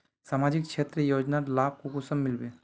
सामाजिक क्षेत्र योजनार लाभ कुंसम मिलबे?